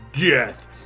death